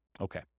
Okay